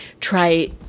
try